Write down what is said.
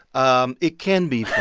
um it can be